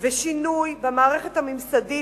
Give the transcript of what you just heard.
ושינוי במערכת הממסדית,